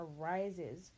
arises